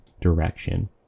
direction